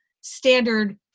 standard